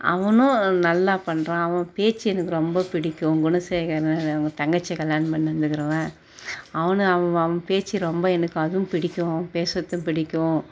அவனும் நல்லா பண்ணுறான் அவன் பேச்சு எனக்கு ரொம்ப பிடிக்கும் குணசேகரன் அவன் தங்கச்சியை கல்யாணம் பண்ணி இருக்கிறவன் அவன் அவன் பேச்சு எனக்கு ரொம்ப எனக்கு அதுவும் பிடிக்கும் பேசறதும் பிடிக்கும்